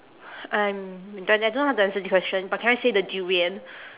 I'm don't I don't know how to answer this question but can I say the durian